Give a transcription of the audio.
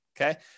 okay